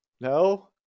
no